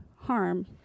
harm